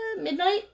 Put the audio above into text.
midnight